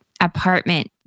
apartment